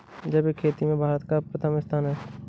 जैविक खेती में भारत का प्रथम स्थान